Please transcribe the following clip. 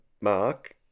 Mark